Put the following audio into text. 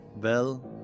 bell